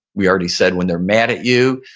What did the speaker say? we already said when they're mad at you,